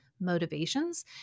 motivations